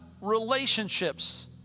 relationships